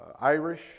Irish